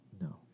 No